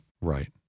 Right